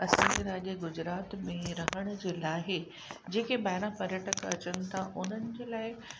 असांजे राज्य गुजरात में रहण जे लाइ जेके ॿाहिरां पर्यटक अचनि था उन्हनि जे लाइ